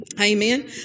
Amen